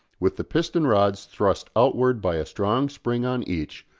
with the piston-rods thrust outwards by a strong spring on each,